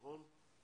נכון?